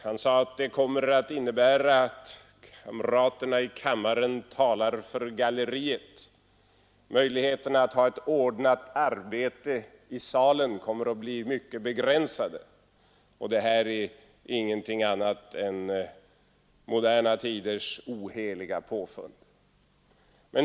Han sade att det kommer att innebära att kamraterna i kammaren talar för galleriet. Möjligheterna att ha ett ordnat arbete i salen kommer att bli mycket begränsade och det här är ingenting annat än moderna tiders oheliga påfund.